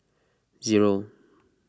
zero